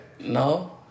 No